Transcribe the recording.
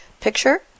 picture